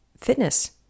fitness